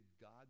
God